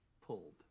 pulled